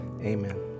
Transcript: Amen